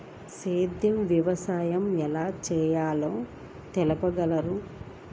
సేంద్రీయ వ్యవసాయం ఎలా చేయాలో తెలుపగలరు?